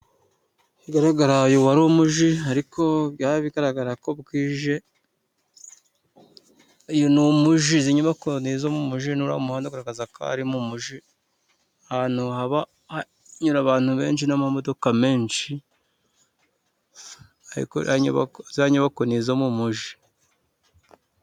Uko bigaraga uyu wari umujyi, ariko byaba bigaragara ko bwije, uyu ni umujyi izi nyubako ni izo mu mujyi n' buriya muhanda, ahantu hanyura abantu benshi n'amamodoka menshi, ariko ziriya nyubako ni izo mujyi.